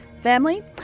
Family